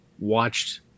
Watched